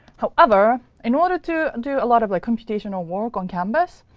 however, in order to and do a lot of computational work on canvas,